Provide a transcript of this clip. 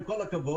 עם כל הכבוד,